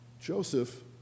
Joseph